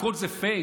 הכול זה פייק?